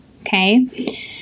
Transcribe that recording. Okay